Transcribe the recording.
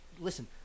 Listen